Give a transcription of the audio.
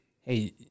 hey